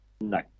No